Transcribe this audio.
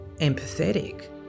empathetic